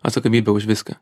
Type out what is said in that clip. atsakomybę už viską